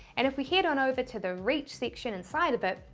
and if we head on over to the reach section inside of it,